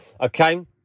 Okay